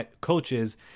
coaches